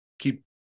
keep